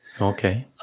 Okay